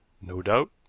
no doubt.